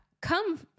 come